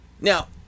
Now